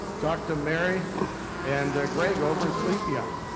talk to mary and greg over in sleepy eye.